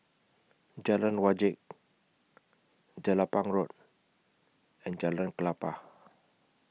Jalan Wajek Jelapang Road and Jalan Klapa